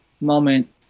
moment